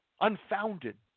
unfounded